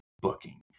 booking